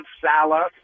Salah